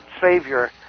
savior